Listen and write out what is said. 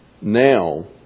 now